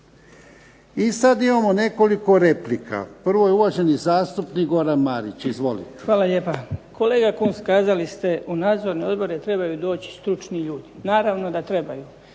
I sad imamo nekoliko replika. Prvo je uvaženi zastupnik Goran Marić. Izvolite. **Marić, Goran (HDZ)** Hvala lijepa. Kolega Kunst kazali ste u nadzorne odbore trebaju doći stručni ljudi. Naravno da trebaju,